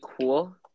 cool